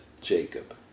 Jacob